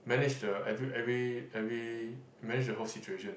manage the every every every manage the whole situation